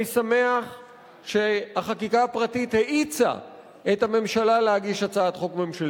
אני שמח שהחקיקה הפרטית האיצה את הממשלה להגיש הצעת חוק ממשלתית,